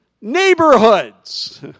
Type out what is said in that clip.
neighborhoods